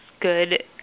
good